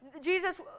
Jesus